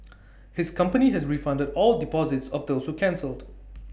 his company has refunded all deposits of those who cancelled